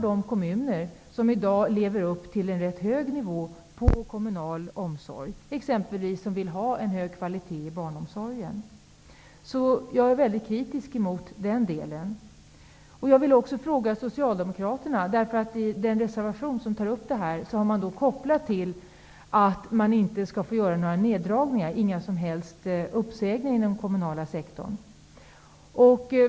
De kommuner som upprätthåller en hög kvalitet på den kommunala barnomsorgen straffas. Jag är väldigt kritisk mot detta. I den socialdemokratiska reservationen som tar upp dessa frågor görs en koppling till att kommunerna inte skulle få göra några neddragningar, t.ex. uppsägningar inom den kommunala sektorn.